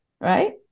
right